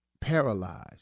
paralyzed